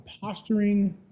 posturing